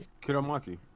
Kiramaki